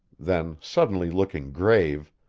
then suddenly looking grave,